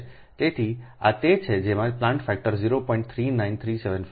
તેથી આ તે છે જે તમે પ્લાન્ટ ફેક્ટર 0